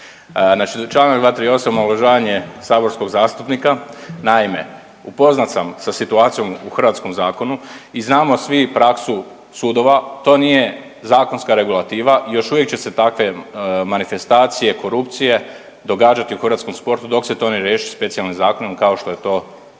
čl. 238. omalovažavanje saborskog zastupnika. Naime, upoznat sam sa situacijom u hrvatskom zakonu i znamo svi praksu sudova, to nije zakonska regulativa i još uvijek će se takve manifestacije i korupcije događati u hrvatskom sportu dok se to ne riješi specijalnim zakonom kao što je to Zakon